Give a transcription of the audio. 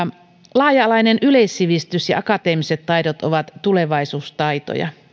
laaja alainen yleissivistys ja akateemiset taidot ovat tulevaisuustaitoja